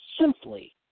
simply